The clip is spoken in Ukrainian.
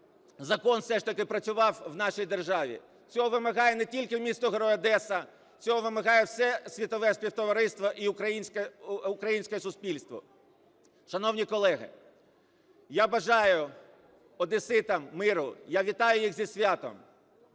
закон все ж таки працював в нашій державі. Цього вимагає не тільки місто-герой Одеса, цього вимагає все світове співтовариство і українське суспільство. Шановні колеги, я бажаю одеситам миру, я вітаю їх зі святом,